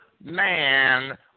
man